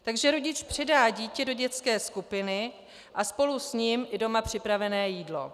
Takže rodič předá dítě do dětské skupiny a spolu s ním i doma připravené jídlo.